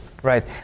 Right